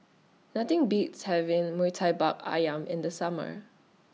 Nothing Beats having Murtabak Ayam in The Summer